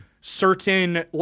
certain